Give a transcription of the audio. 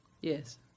yes